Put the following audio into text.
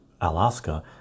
alaska